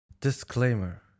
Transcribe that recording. Disclaimer